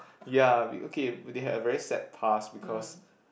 ya okay they had a very sad past because